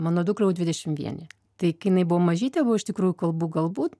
mano dukrai jau dvidešimt vieni tai kai jinai buvo mažytė buvo iš tikrųjų kalbų galbūt